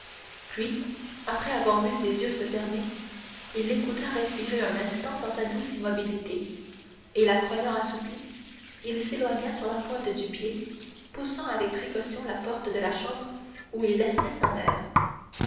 puis après avoir vu ses yeux se fermer il l'écouta respirer un instant dans sa douce immobilité et la croyant assoupie il s'éloigna sur la pointe du pied poussant avec précaution la porte de la chambre où il laissait sa mère